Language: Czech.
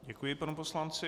Děkuji panu poslanci.